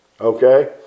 Okay